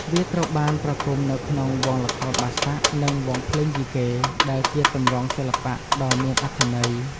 វាត្រូវបានប្រគំនៅក្នុងវង់ល្ខោនបាសាក់ និងវង់ភ្លេងយីកេ ដែលជាទម្រង់សិល្បៈដ៏មានអត្ថន័យ។